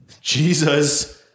Jesus